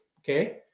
okay